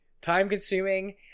time-consuming